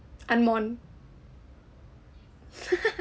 anmon